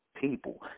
People